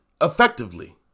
effectively